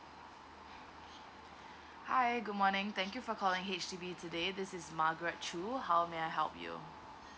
hi good morning thank you for calling H_D_B today this is margaret choo how may I help you